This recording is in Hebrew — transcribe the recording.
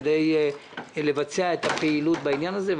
כדי לבצע את הפעילות בעניין הזה,